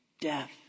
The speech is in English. Death